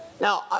Now